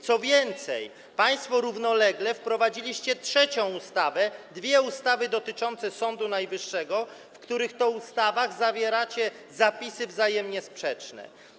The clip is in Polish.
Co więcej, państwo równolegle wprowadziliście trzecią ustawę, dwie ustawy dotyczące Sądu Najwyższego, w których to ustawach zawieracie zapisy wzajemnie sprzeczne.